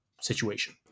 situation